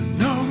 no